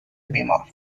بیمار